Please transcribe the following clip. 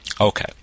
okay